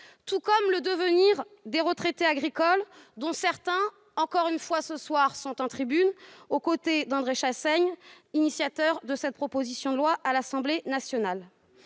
tout comme le devenir des retraités agricoles, dont certains, ce soir, sont de nouveau en tribune, aux côtés d'André Chassaigne, initiateur de cette proposition de loi à l'Assemblée nationale.